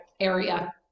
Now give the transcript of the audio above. area